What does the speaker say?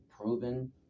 proven